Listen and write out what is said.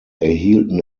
erhielten